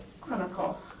clinical